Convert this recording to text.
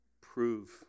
prove